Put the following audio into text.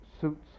suits